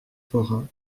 forain